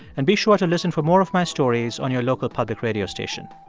and be sure to listen for more of my stories on your local public radio station.